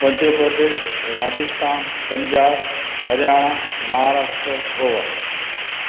Madhya Pradesh Rajasthan Punjab Haryana Maharashtra Goa